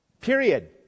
Period